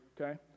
okay